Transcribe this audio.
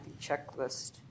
checklist